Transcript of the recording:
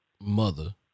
mother